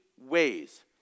ways